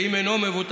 ואם אינו מבוטח,